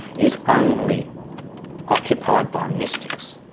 is only occupied by mystics,